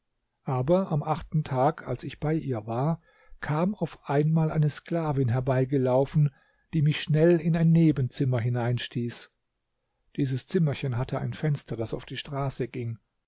aber am achten tag als ich bei ihr war kam auf einmal eine sklavin herbeigelaufen die mich schnell in ein nebenzimmer hineinstieß dieses zimmerchen hatte ein fenster das auf die straße ging